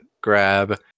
grab